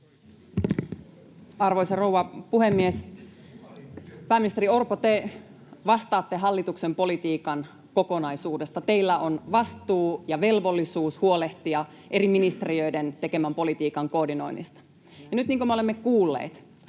Arvoisa rouva puhemies! Pääministeri Orpo, te vastaatte hallituksen politiikan kokonaisuudesta. Teillä on vastuu ja velvollisuus huolehtia eri ministeriöiden tekemän politiikan koordinoinnista, ja nyt, niin kuin me olemme kuulleet,